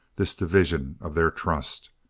this division of their trust.